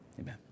Amen